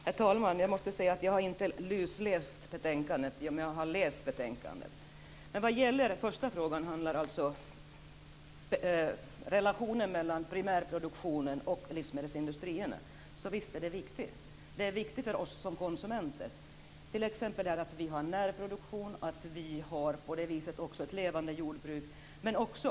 Herr talman! Jag måste säga att jag inte har lusläst betänkandet, men jag har läst det. Den första frågan gällde relationen mellan primärproduktionen och livsmedelsindustrierna. Visst är det viktigt. Det är viktigt för oss som konsumenter. Det är viktigt att vi har närproduktion och att vi också på det viset har ett levande jordbruk.